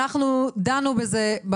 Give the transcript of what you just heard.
אנחנו דנו בזה.